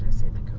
say that